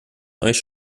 euch